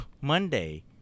Monday